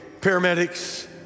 paramedics